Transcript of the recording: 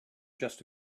just